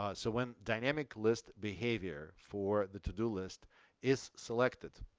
ah so when dynamic list behavior for the to-do list is selected,